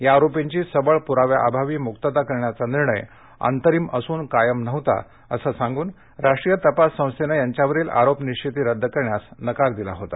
या आरोपींची सबळ पुराव्या अभावी मुक्तता करण्याचा निर्णय अंतरिम असून कायम नव्हता असं सांगून राष्ट्रीय तपास संस्था पांच्या वरील आरोपनिश्चिती रद्द करण्यास नकार दिला होता